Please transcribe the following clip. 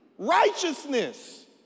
Righteousness